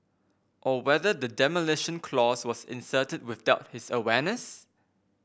or whether the demolition clause was inserted without his awareness